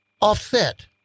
offset